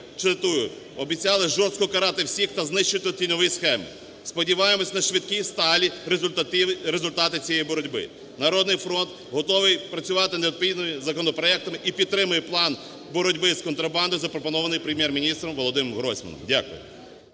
цитую: "обіцяли жорстко карати всіх та знищити тіньові схеми". Сподіваємося на швидкі і сталі результати цієї боротьби. "Народний фронт" готовий працювати над відповідними законопроектами і підтримає план боротьби з контрабандою, запропонований Прем'єр-міністром Володимиром Гройсманом. Дякую.